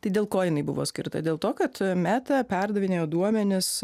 tai dėl ko jinai buvo skirta dėl to kad meta perdavinėjo duomenis